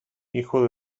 hijo